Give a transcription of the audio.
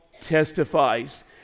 testifies